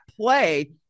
play